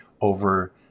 over